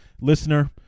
listener